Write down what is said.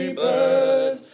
bird